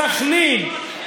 בסח'נין,